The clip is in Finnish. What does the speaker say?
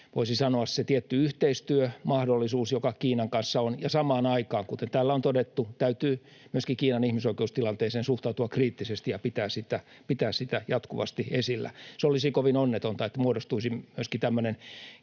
voisi sanoa, se tietty yhteistyömahdollisuus, joka Kiinan kanssa on, ja samaan aikaan, kuten täällä on todettu, täytyy myöskin Kiinan ihmisoikeustilanteeseen suhtautua kriittisesti ja pitää sitä jatkuvasti esillä. Olisi myöskin kovin onnetonta, että muodostuisi tämmöinen